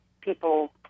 People